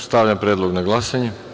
Stavljam predlog na glasanje.